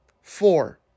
Four